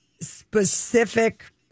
specific